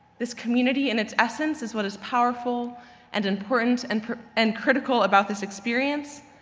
this community in its essence is what is powerful and important, and and critical about this experience,